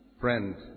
Friend